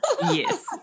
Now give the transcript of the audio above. Yes